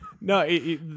No